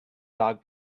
dog